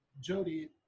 jody